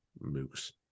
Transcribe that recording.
moose